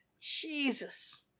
Jesus